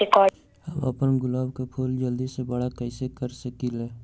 हम अपना गुलाब के फूल के जल्दी से बारा कईसे कर सकिंले?